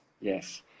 Yes